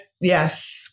Yes